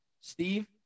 Steve